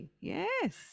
yes